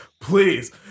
please